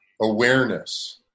awareness